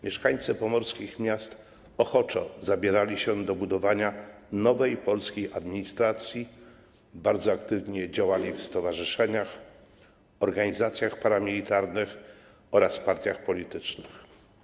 Mieszkańcy pomorskich miast ochoczo zabierali się do budowania nowej polskiej administracji, bardzo aktywnie działali w stowarzyszeniach, organizacjach paramilitarnych oraz partiach politycznych.